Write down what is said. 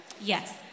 Yes